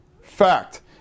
fact